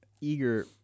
eager